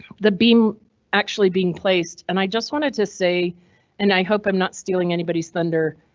the beam actually being placed and i just wanted to say and i hope i'm not stealing anybody's thunder,